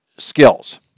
Skills